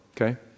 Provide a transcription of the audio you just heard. Okay